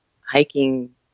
hiking